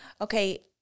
okay